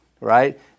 right